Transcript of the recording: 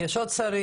יש עוד שרים.